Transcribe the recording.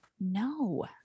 No